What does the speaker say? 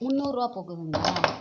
முந்நூறுபா போகுதுங்ளா